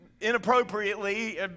inappropriately